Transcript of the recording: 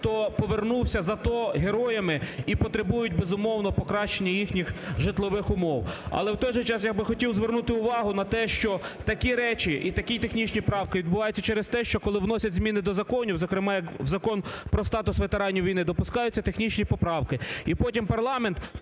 хто повернувся з АТО героями і потребують, безумовно, покращення їхніх житлових умов. Але в той же час я би хотів звернути увагу на те, що такі речі і такі технічні правки відбуваються через те, що коли вносять зміни до законів, зокрема, як в Закон про статус ветеранів війни допускаються технічні поправки і потім парламент